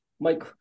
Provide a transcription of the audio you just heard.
Mike